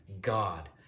God